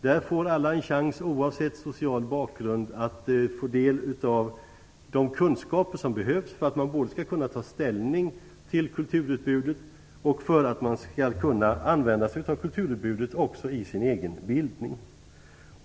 Där får alla en chans, oavsett social bakgrund, att få del av de kunskaper som behövs för att man både skall kunna ta ställning till kulturutbudet och använda sig av kulturutbudet även för sin egen bildning.